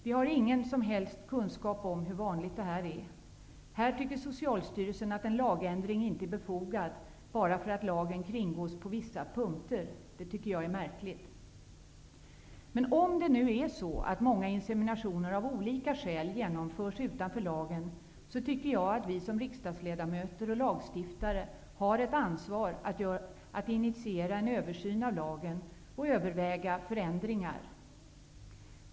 Vi har ingen som helst kunskap om hur vanligt detta är. Här tycker Socialstyrelsen att en lagändring inte är befogad bara för att lagen kringgås på vissa punkter. Det tycker jag är märkligt. Men om det är så att många inseminationer av olika skäl genomförs utanför lagen, tycker jag att vi som riksdagsledamöter och lagstiftare har ett ansvar att initiera en översyn av lagen och överväga förändringar.